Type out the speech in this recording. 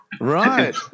Right